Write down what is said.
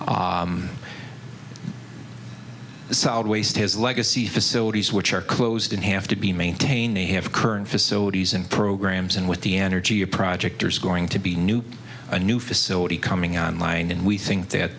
costs solid waste his legacy facilities which are closed and have to be maintained a have current facilities and programs and with the energy a project there is going to be new a new facility coming on line and we think that